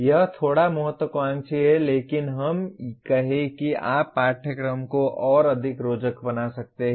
यह थोड़ा महत्वाकांक्षी है लेकिन हम कहें कि आप पाठ्यक्रम को और अधिक रोचक बना सकते हैं